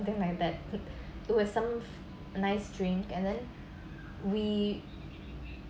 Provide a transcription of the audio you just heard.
something like that it was some nice drink and then we